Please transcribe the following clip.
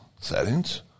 settings